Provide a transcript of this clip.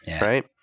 right